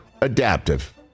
adaptive